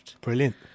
Brilliant